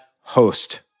host